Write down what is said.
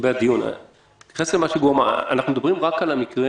אנחנו מדברים רק על המקרים